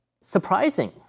surprising